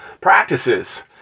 practices